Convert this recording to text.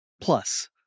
Plus